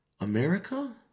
america